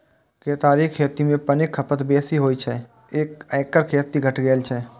केतारीक खेती मे पानिक खपत बेसी होइ छै, तें एकर खेती घटि गेल छै